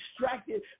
distracted